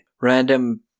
random